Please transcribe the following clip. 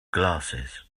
glasses